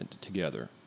together